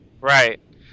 right